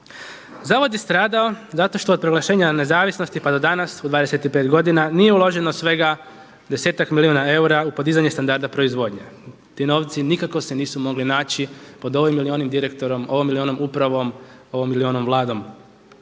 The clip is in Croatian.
Zavod je stradao zato što je od proglašenja nezavisnosti pa do danas u 25 godina nije uloženo svega desetak milijuna eura u podizanje standarda proizvodnje. Ti novci nikako se nisu mogli naći pod ovim ili onim direktorom, ovom ili onom upravom, ovom ili onom vladom.